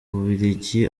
bubiligi